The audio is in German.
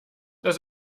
das